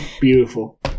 beautiful